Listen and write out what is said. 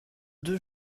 deux